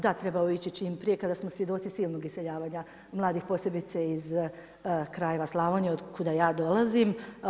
Da, trebao je ići čim prije kada smo svjedoci silnog iseljavanja mladih, posebice iz krajeva Slavonije od kuda ja dolazim.